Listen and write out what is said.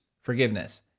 forgiveness